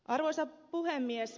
arvoisa puhemies